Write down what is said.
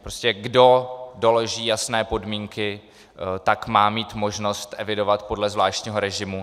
Prostě kdo doloží jasné podmínky, tak má mít možnost evidovat podle zvláštního režimu.